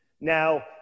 Now